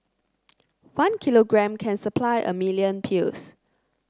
one kilogram can supply a million pills